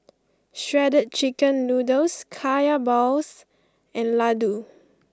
Shredded Chicken Noodles Kaya Balls and Laddu